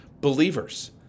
believers